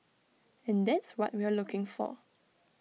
and that's what we're looking for